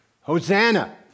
Hosanna